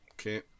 okay